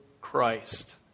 Christ